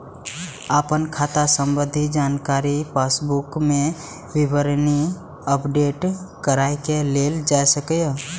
अपन खाता संबंधी जानकारी पासबुक मे विवरणी अपडेट कराके लेल जा सकैए